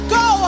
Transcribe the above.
go